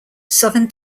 southern